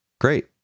Great